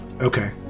Okay